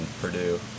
Purdue